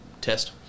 test